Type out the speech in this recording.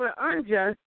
unjust